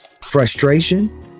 frustration